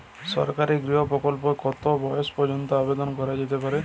সরকারি গৃহ প্রকল্পটি তে কত বয়স পর্যন্ত আবেদন করা যেতে পারে?